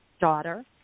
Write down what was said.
daughter